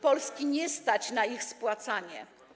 Polski nie stać na ich spłacanie.